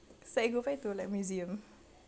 it's like going by to like museum